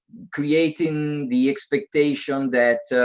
creating the expectation that